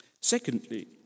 secondly